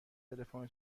تلفن